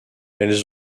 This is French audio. elles